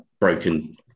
broken